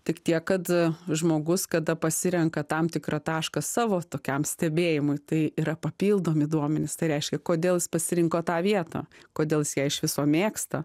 tik tiek kad a žmogus kada pasirenka tam tikrą tašką savo tokiam stebėjimui tai yra papildomi duomenys tai reiškia kodėl jis pasirinko tą vietą kodėl jis ją iš viso mėgsta